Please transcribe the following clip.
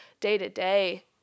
day-to-day